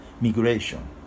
migration